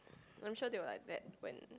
I'm sure they were like that when